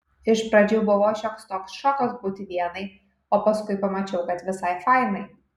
iš pradžių buvo šioks toks šokas būti vienai o paskui pamačiau kad visai fainai